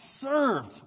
served